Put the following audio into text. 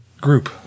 group